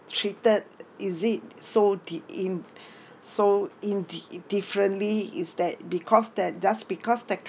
cheated is it so the im~ so in di~ it differently is that because that just because that